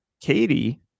Katie